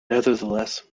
nevertheless